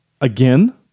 again